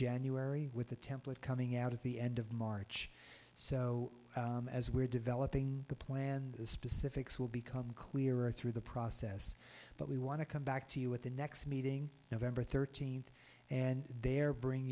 january with the template coming out at the end of march so as we're developing the plan the specifics will become clearer through the process but we want to come back to you at the next meeting nov thirteenth and there bring